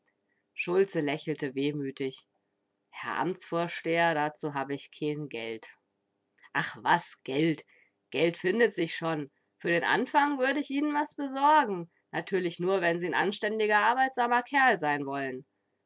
schulze lächelte wehmütig herr amtsvorsteher dazu hab ich keen geld ach was geld geld findet sich schon für den anfang würd ich ihn'n was besorgen natürlich nur wenn sie n anständiger arbeitsamer kerl sein wollen